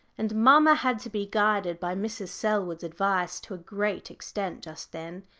and mamma had to be guided by mrs. selwood's advice to a great extent just then.